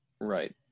right